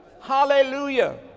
hallelujah